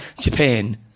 Japan